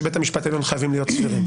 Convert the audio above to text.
בית המשפט העליון חייבים להיות סבירים,